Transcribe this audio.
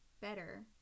better